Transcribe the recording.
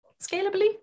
scalably